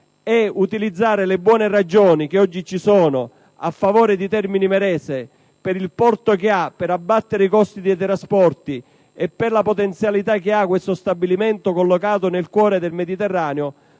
e utilizzare le buone ragioni che oggi vi sono a favore di Termini Imerese: per il suo porto, per abbattere i costi dei trasporti e per la potenzialità di questo stabilimento collocato nel cuore del Mediterraneo.